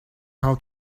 how